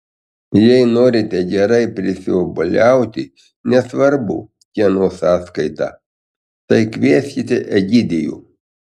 jei norite gerai prisiobuoliauti nesvarbu kieno sąskaita tai kvieskit egidijų